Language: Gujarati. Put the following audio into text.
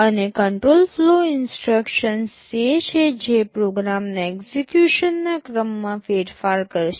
અને કંટ્રોલ ફ્લો ઇન્સટ્રક્શન્સ તે છે જે પ્રોગ્રામના એક્સેકયુશનના ક્રમમાં ફેરફાર કરશે